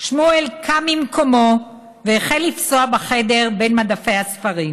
"שמואל קם ממקומו והחל לפסוע בחדר בין מדפי הספרים.